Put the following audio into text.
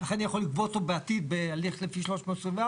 לכן אני יכול לגבות אותו בעתיד בהליך לפי 324,